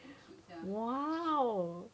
!wow!